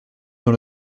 dans